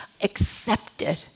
accepted